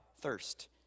thirst